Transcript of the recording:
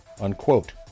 unquote